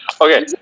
Okay